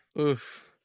oof